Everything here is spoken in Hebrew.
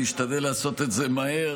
אני אשתדל לעשות את זה מהר,